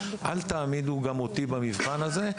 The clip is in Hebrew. אל תעמידו גם אותי במבחן הזה,